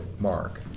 Mark